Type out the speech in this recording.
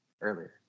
earlier